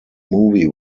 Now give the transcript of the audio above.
movie